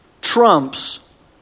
trumps